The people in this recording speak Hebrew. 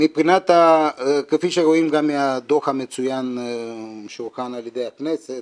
כפי שרואים גם מהדוח המצוין שהוכן על ידי הכנסת